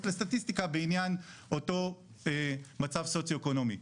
לסטטיסטיקה בעניין אותו מצב סוציו אקונומי.